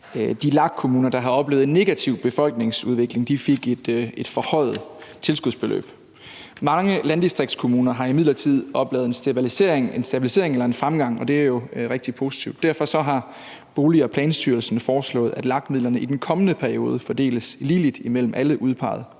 de LAG-kommuner, der har oplevet en negativ befolkningsudvikling, fik et forhøjet tilskudsbeløb. Mange landdistriktskommuner har imidlertid oplevet en stabilisering eller en fremgang, og det er jo rigtig positivt. Derfor har Bolig- og Planstyrelsen foreslået, at LAG-midlerne i den kommende periode fordeles ligeligt imellem alle udpegede